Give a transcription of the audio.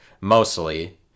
mostly